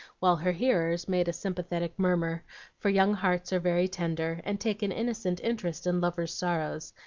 while her hearers made a sympathetic murmur for young hearts are very tender, and take an innocent interest in lovers' sorrows,